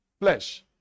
flesh